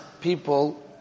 people